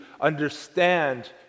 understand